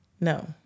No